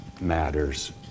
matters